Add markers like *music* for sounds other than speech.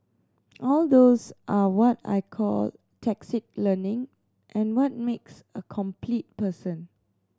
all those are what I call *unintelligible* learning and what makes a complete person